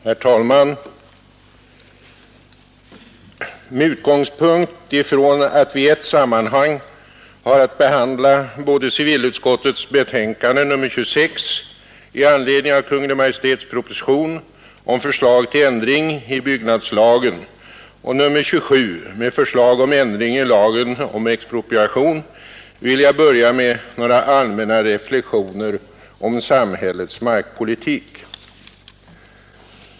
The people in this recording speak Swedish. Herr talman! Med utgångspunkt i att vi i ett sammanhang har att behandla bäde civilutskottets betänkande nr 26 i anledning av Kungl. Maj:ts proposition med förslag till lag om ändring i byggnadslagen och nr 27 angående ändringar i expropriationslagstiftningen vill jag börja med några allmänna reflexioner om samhällets markpolitik.